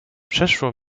przeszło